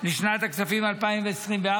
לשנת הכספים 2024,